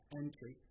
entry